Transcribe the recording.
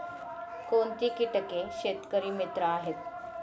कोणती किटके शेतकरी मित्र आहेत?